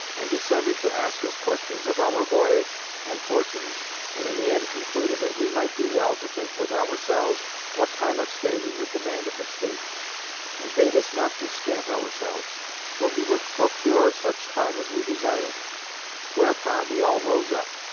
and descended to ask us questions of our voyage and fortunes and in the end concluded, that we might do well to think with ourselves what time of stay we would demand of the state and bade us not to scant ourselves for he would procure such time as we desired whereupon we all rose up,